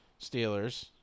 Steelers